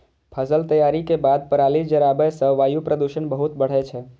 फसल तैयारी के बाद पराली जराबै सं वायु प्रदूषण बहुत बढ़ै छै